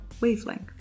wavelength